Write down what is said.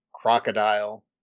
crocodile